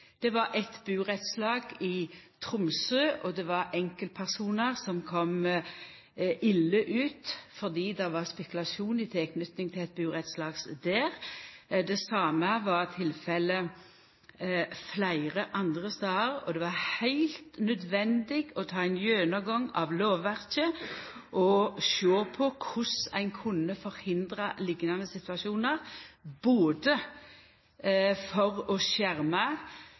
Det var enkeltpersonar som kom ille ut fordi det var spekulasjon i tilknyting til eit burettslag i Tromsø. Det same var tilfellet fleire andre stader, og det var heilt nødvendig å ta ein gjennomgang av lovverket og sjå på korleis ein kunne forhindra liknande situasjonar, både for å